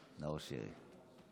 חבר הכנסת נאור שירי.